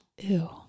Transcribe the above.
Ew